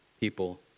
people